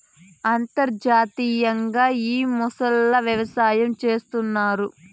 అంతర్జాతీయంగా ఈ మొసళ్ళ వ్యవసాయం చేస్తన్నారు